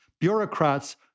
bureaucrats